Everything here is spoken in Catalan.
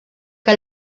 que